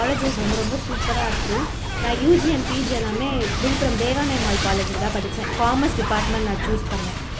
என் college ரொம்ப ரொம்ப சூப்பராக இருக்கும் நான் யூஜி அண்ட் பிஜி எல்லாமே விழுப்புரம் தேவானையம்மாள் காலேஜில் தான் படித்தேன் காமர்ஸ் டிபார்ட்மென்ட் நான் சூஸ் பண்ணிணேன்